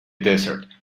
desert